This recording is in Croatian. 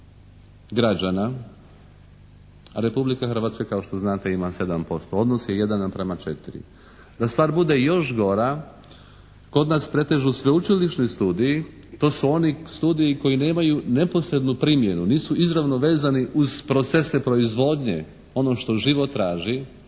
građana. A Republika Hrvatska kao što znate ima 7%. Odnos je 1:4. Da stvar bude još gora kod nas pretežu sveučilišni studiji. To su oni studiji koji nemaju neposrednu primjenu. Nisu izravno vezani uz procese proizvodnje, ono što život traži.